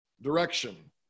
direction